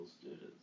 students